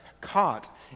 caught